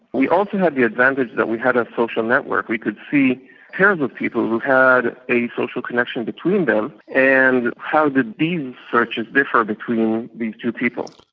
we also had the advantage that we had a social network, we could see pairs of of people who had a social connection between them and how did these searches differ between these two people.